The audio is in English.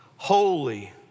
Holy